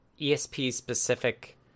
ESP-specific